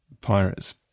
pirates